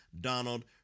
Donald